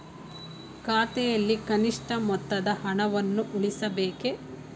ಖಾತೆಯಲ್ಲಿ ಕನಿಷ್ಠ ಮೊತ್ತದ ಹಣವನ್ನು ಉಳಿಸಬೇಕೇ?